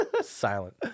Silent